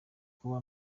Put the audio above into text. kuba